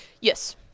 yes